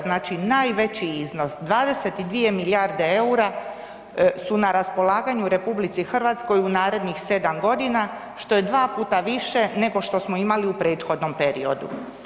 Znači najveći iznos, 22 milijarde eura su na raspolaganju RH u narednih 7 g. što je 2 puta više nego što smo imali u prethodnom periodu.